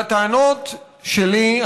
והטענות שלי,